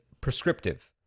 prescriptive